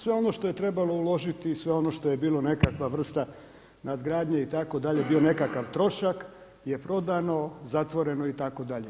Sve ono što je trebalo uložiti i sve ono što je bilo nekakva vrsta nadgradnje itd. bio nekakav trošak je prodano, zatvoreno itd.